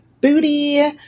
booty